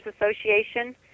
association